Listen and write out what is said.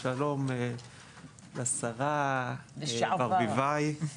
ושלום לשרה ברביבאי.